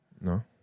No